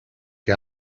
que